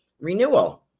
renewal